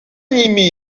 nimi